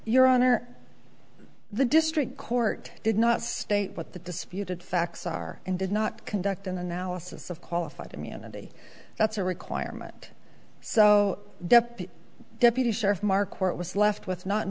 your honor the district court did not state what the disputed facts are and did not conduct an analysis of qualified immunity that's a requirement so dept deputy sheriff mark court was left with not